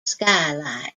skylight